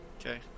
Okay